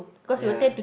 ya